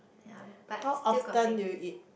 yea but still got Maggi